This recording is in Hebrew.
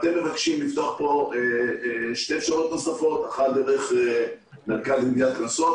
ואתם מבקשים לפתוח פה שתי אפשרויות נוספות: אחת דרך מרכז לגביית קנסות,